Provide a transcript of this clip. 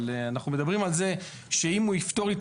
אנחנו מדברים על זה שאם הוא יפתור לי את